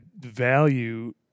value